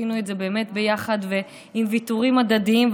עשינו את זה באמת ביחד ועם ויתורים הדדיים,